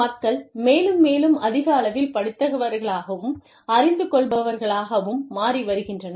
மக்கள் மேலும் மேலும் அதிக அளவில் படித்தவர்களாகவும் அறிந்துகொள்பவர்களாகவும் மாறி வருகின்றனர்